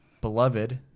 beloved